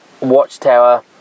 watchtower